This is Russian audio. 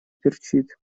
перчит